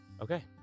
Okay